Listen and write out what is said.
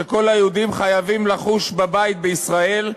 שכל היהודים חייבים לחוש בבית בישראל,